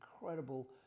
incredible